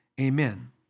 amen